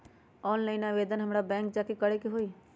Online आवेदन हमरा bank जाके करे के होई?